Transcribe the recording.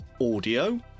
audio